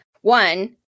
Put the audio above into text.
one